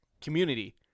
community